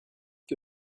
que